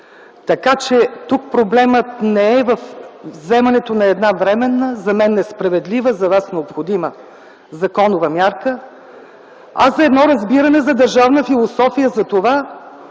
Тук проблемът не е във вземането на една временна - за мен несправедлива, за вас необходима, законова мярка, а за едно разбиране за държавна философия за това